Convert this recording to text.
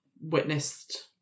witnessed